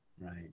right